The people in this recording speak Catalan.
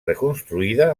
reconstruïda